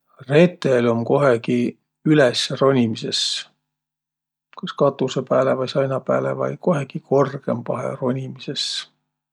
Retel um kohegi üles ronimises. Kas katusõ pääle vai saina pääle vai. Kohegi korgõmbahe ronimisõs.